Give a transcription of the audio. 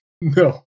no